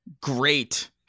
great